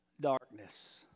darkness